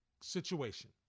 situation